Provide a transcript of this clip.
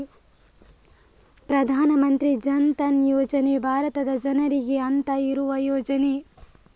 ಪ್ರಧಾನ ಮಂತ್ರಿ ಜನ್ ಧನ್ ಯೋಜನೆಯು ಭಾರತದ ಜನರಿಗೆ ಅಂತ ಇರುವ ಯೋಜನೆ